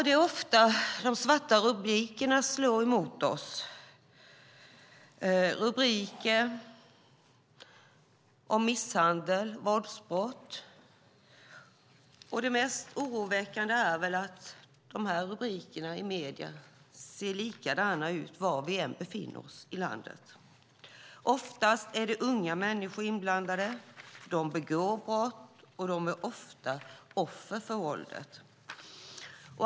Det är ofta de svarta rubrikerna slår mot oss. Det är rubriker om misshandel och våldsbrott, och det mest oroväckande är att rubrikerna i medierna ser likadana ut var vi än befinner oss i landet. Oftast är det unga människor inblandade, de begår brott och de är många gånger offer för våldet.